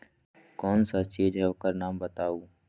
कौन सा चीज है ओकर नाम बताऊ?